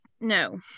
No